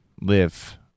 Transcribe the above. live